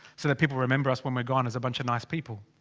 so that people remember us when we're gone as a bunch of nice people.